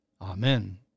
Amen